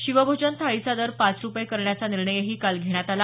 शिवभोजन थाळीचा दर पाच रुपये करण्याचा निर्णयही काल घेण्यात आला